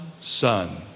son